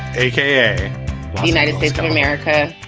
a k a. united states of america,